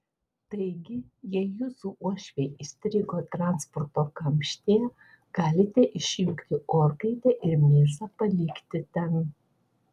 taigi jei jūsų uošviai įstrigo transporto kamštyje galite išjungti orkaitę ir mėsą palikti ten